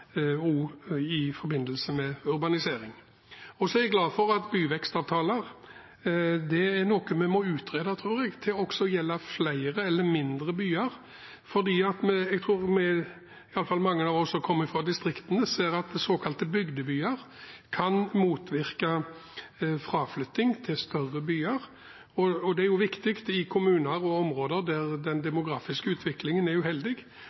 finne i forbindelse med urbanisering. Byvekstavtaler er noe vi må utrede, tror jeg, til også å gjelde flere og mindre byer, for mange av oss som kommer fra distriktene, ser at såkalte bygdebyer kan motvirke fraflytting til større byer. Det er viktig i kommuner og områder der den demografiske utviklingen er uheldig,